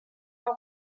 bien